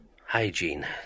Hygiene